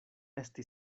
esti